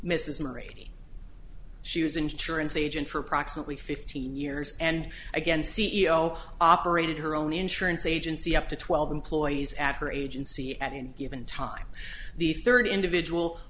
mrs marie she was insurance agent for approximately fifteen years and again c e o operated her own insurance agency up to twelve employees at her agency at any given time the third individual